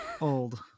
old